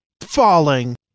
Falling